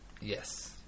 Yes